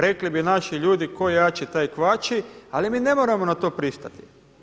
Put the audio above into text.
Rekli bi naši ljudi, tko jači taj kvači, ali mi ne moramo na to pristati.